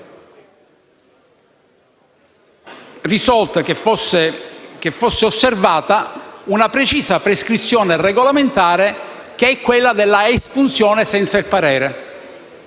risolto e che fosse osservata una precisa prescrizione regolamentare, cioè quella dell'espunzione senza il parere?